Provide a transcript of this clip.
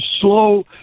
slow